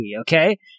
okay